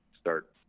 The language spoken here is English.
start